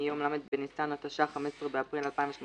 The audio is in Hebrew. מיום ל' בניסן התשע"ח (15 באפריל 2018),